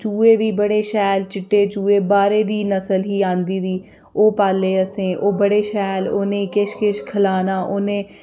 चुहे बी बड़े शैल चिट्टे चुहे बाह्रै दी नसल ही आंदी दी ओह् पाल्ले असें ओह् बड़े शैल उ'नेंई किश किश खलाना